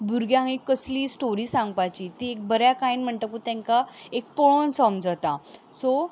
भुरग्यांक एक कसलीय स्टोरी सांगपाची ती एक बऱ्या कांय म्हणतकूच तांकां एक पोळोन समजता सो